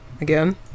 again